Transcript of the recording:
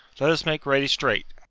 let us make ready straight.